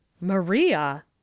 Maria